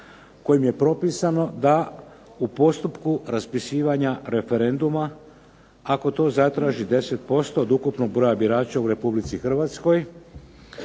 kojim je propisano da u postupku raspisivanja referenduma, ako to zatraži 10% od ukupnog broja birača u Republici Hrvatskoj,